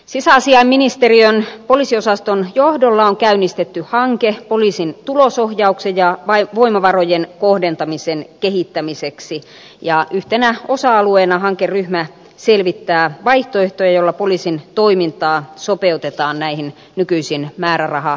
sisäasiainministeriön poliisiosaston johdolla on käynnistetty hanke poliisin tulosohjauksen ja voimavarojen kohdentamisen kehittämiseksi ja yhtenä osa alueena hankeryhmä selvittää vaihtoehtoja joilla poliisin toimintaa sopeutetaan näihin nykyisiin määrärahakehyksiin